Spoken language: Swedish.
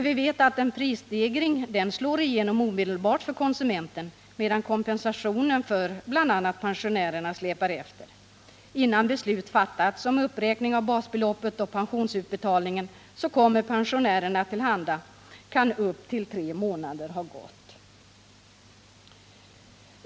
Vi vet ju att en prisstegring slår igenom omedelbart för konsumenten, medan kompensationen för bl.a. pensionärerna släpar efter. Innan beslut fattas om uppräkning av basbeloppet och pensionsuttagningen kommer pensionärerna till handa kan upp till tre månader ha gått.